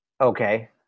Okay